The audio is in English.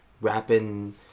rapping